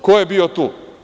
Ko je bio tu?